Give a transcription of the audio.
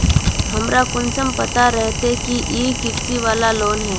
हमरा कुंसम पता रहते की इ कृषि वाला लोन है?